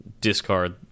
discard